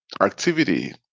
activity